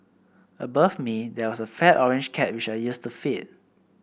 above me there was a fat orange cat which I used to feed